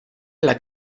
alla